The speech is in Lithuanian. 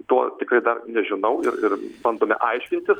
to tikrai dar nežinau ir bandome aiškintis